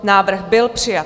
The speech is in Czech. Návrh byl přijat.